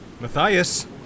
Matthias